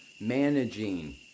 managing